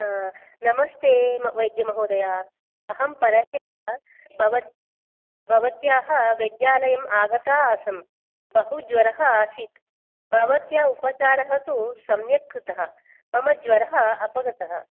नमस्ते वैद्यमहोदया अहं परह्यः भवत् भवत्याः वैद्यालयम् आगता आसम् बहु ज्वरः आसीत् भवत्या उपचारः तु सम्यक् कृतः मम ज्वरः अपगतः